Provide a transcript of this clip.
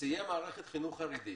שסיים מערכת חינוך חרדית,